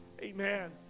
Amen